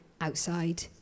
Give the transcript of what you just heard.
outside